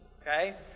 Okay